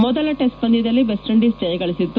ಮೊದಲ ಟೆಸ್ಟ್ ಪಂದ್ಲದಲ್ಲಿ West Indies ಜಯ ಗಳಿಸಿತ್ತು